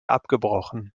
abgebrochen